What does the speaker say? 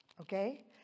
Okay